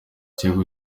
thiago